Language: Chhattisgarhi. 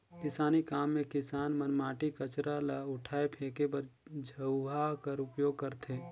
किसानी काम मे किसान मन माटी, कचरा ल उठाए फेके बर झउहा कर उपियोग करथे